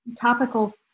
topical